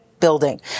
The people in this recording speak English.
building